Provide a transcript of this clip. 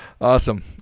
Awesome